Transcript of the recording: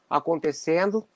acontecendo